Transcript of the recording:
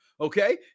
Okay